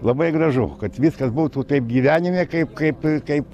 labai gražu kad viskas būtų taip gyvenime kaip kaip kaip